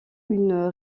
une